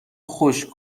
خشک